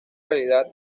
realidad